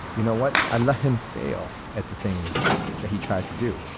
you know what? i let him fail at the things that he tries to do.